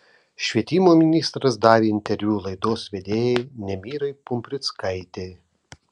švietimo ministras davė interviu laidos vedėjai nemirai pumprickaitei